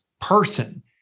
person